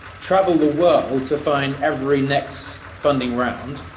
travel the world to find every next funding round,